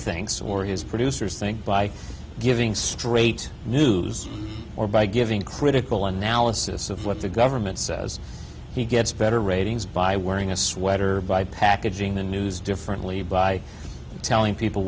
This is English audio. thinks or his producers think by giving straight news or by giving critical analysis of what the government says he gets better ratings by wearing a sweater by packaging the news differently by telling people